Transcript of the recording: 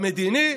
במדיני,